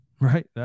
right